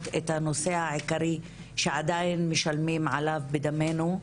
בנושא העיקרי שעדיין משלמים עליו בדמנו,